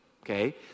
Okay